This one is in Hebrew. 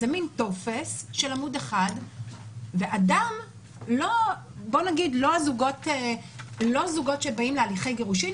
זה מין טופס של עמוד אחד ואדם בוא נגיד לא הזוגות שבאים להליכי גירושין,